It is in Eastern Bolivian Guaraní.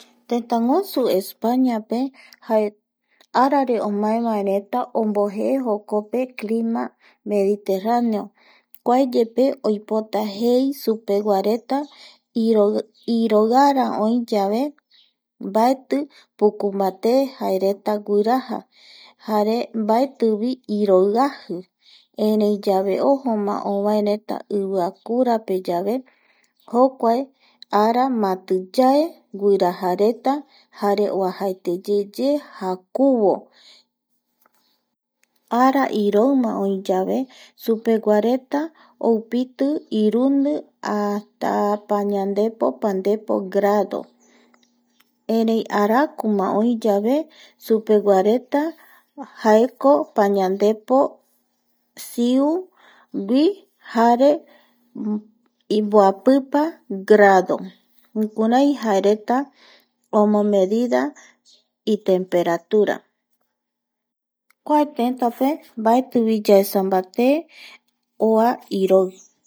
Tëtäguasu Españape jae arare omaevaereta ombojee jokope clima mediterraneo kuaeyepe oipota jei supeguareta iroi oi yave mbaeti pukumbaté jareta guiraja jare mbaetivi irijajai erei ojoma ovaereta iviakurapeyave jokua ara matiyae guirajareta jare oajaeteyeye jakuvo, ara iroima oiyave supeguareta oupitupa irundi pañandepo pandepo grado erei arakuma oi yave supeguareta jaeko pañandepo siu gui jare mboapipa grado jukurai jaereta omomedida itemperatura